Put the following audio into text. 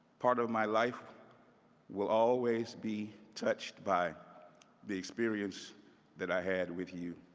part of my life well always be touched by the experience that i had with you.